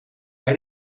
bij